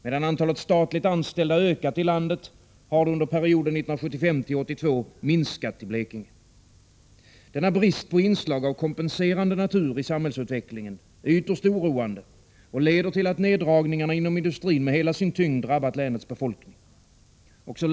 Medan antalet statligt anställda har ökat i landet, har det under perioden 1975-1982 minskat i Blekinge. Denna brist på inslag av kompenserande natur i samhällsutvecklingen är ytterst oroande och leder till att neddragningarna inom industrin med hela sin tyngd drabbat länets befolkning.